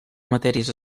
matèries